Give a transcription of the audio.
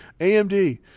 AMD